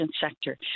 sector